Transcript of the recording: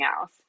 else